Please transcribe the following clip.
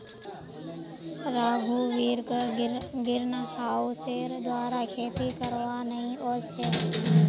रघुवीरक ग्रीनहाउसेर द्वारा खेती करवा नइ ओस छेक